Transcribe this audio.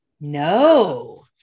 No